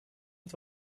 het